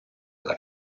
alla